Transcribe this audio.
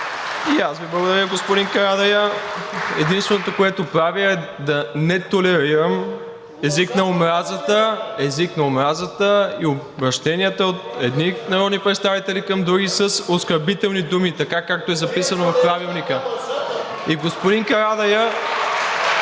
И аз Ви благодаря, господин Карадайъ. Единственото, което правя, е да не толерирам език на омразата и обръщенията от едни народни представители към други с оскърбителни думи, така, както е записано в Правилника. МУСТАФА КАРАДАЙЪ